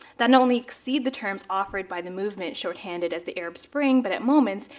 then only exceed the terms offered by the movement shorthanded as the arab spring, but at moments,